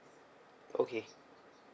okay